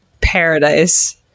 paradise